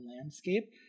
landscape